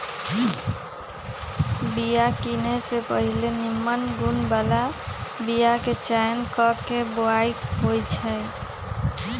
बिया किने से पहिले निम्मन गुण बला बीयाके चयन क के बोआइ होइ छइ